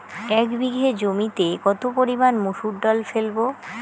এক বিঘে জমিতে কত পরিমান মুসুর ডাল ফেলবো?